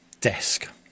desk